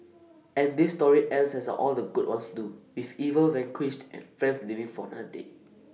and this story ends as all the good ones do with evil vanquished and friends living for another day